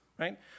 right